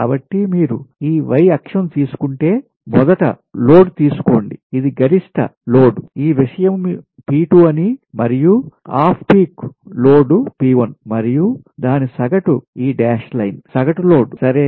కాబట్టి మీరు ఈ y అక్షం తీసుకుంటే మొదట లోడ్ తీసుకోండి ఇది గరిష్ట పీక్ peak లోడ్ ఈ విషయం P2 అని మరియు ఆఫ్ పీక్ లోడ్ P1 మరియు దాని సగటు ఈ డాష్ లైన్ సగటు లోడ్ సరే